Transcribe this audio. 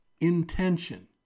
intention